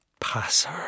Passer